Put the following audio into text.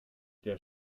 der